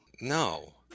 no